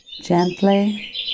gently